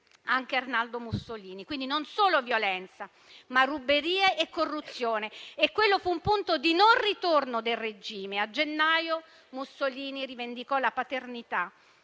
anche Arnaldo Mussolini. Quindi non solo violenza, ma ruberie e corruzione e quello fu un punto di non ritorno del regime. A gennaio Mussolini rivendicò la paternità